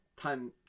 time